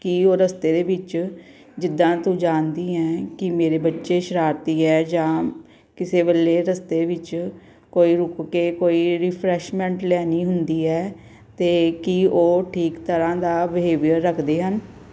ਕੀ ਉਹ ਰਸਤੇ ਦੇ ਵਿੱਚ ਜਿੱਦਾਂ ਤੂੰ ਜਾਣਦੀ ਹੈ ਕਿ ਮੇਰੇ ਬੱਚੇ ਸ਼ਰਾਰਤੀ ਹੈ ਜਾਂ ਕਿਸੇ ਵੇਲੇ ਰਸਤੇ ਵਿੱਚ ਕੋਈ ਰੁਕ ਕੇ ਕੋਈ ਜਿਹੜੀ ਰਿਫਰੈਸ਼ਮੈਂਟ ਲੈਣੀ ਹੁੰਦੀ ਹੈ ਤਾਂ ਕੀ ਉਹ ਠੀਕ ਤਰ੍ਹਾਂ ਦਾ ਬਿਹੇਵੀਅਰ ਰੱਖਦੇ ਹਨ